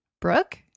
Brooke